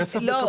כסף הן מקבלות.